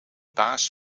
baas